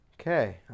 Okay